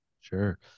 Sure